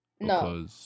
No